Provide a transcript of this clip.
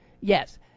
yes